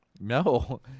No